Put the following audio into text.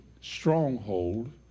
stronghold